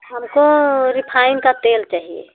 हमको रिफाइंड का तेल चाहिए